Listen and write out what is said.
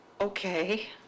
Okay